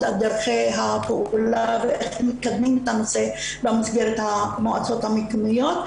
על דרכי הפעולה ואיך מקדמים את הנושא במסגרת המועצות המקומיות.